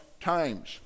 times